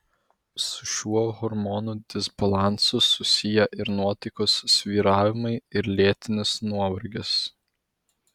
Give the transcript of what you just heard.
su šiuo hormonų disbalansu susiję ir nuotaikos svyravimai ir lėtinis nuovargis